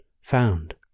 found